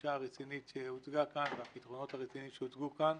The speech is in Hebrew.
הגישה הרצינית שהוצגו כאן והפתרונות הרציניים שהוצגו כאן.